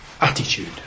attitude